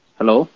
Hello